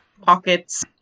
pockets